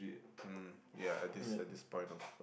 hmm ya at this at this point of uh